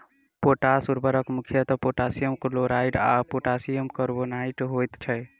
potash उर्वरक मुख्यतः potassium chloride आ पोटासियम कार्बोनेट होइत छै